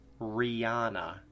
Rihanna